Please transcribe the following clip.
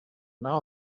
now